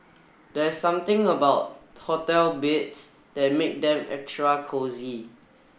there's something about hotel beds that make them extra cosy